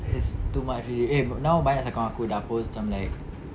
it's too much already eh now banyak sia kawan aku dah post macam like